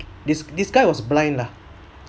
this this guy was blind lah